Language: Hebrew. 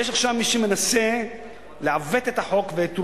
יש עכשיו מי שמנסה לעוות את החוק ואת רוחו,